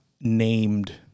named